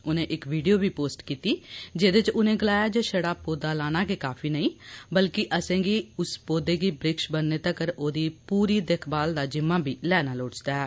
उनें इक वीडियो बी पोस्ट कीती जेहदे च उनें गलाया जे छड़ा पौधा लाना गै काफी नेंई बल्कि असेंगी उस पौधे गी वृक्ष बनने तगर ओह्दी पूरी दिक्खमाल दा जिम्मा बी लैना लोड़चदा ऐ